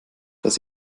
das